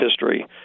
history